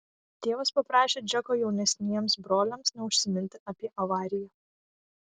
tėvas paprašė džeko jaunesniems broliams neužsiminti apie avariją